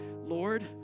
Lord